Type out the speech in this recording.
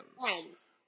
Friends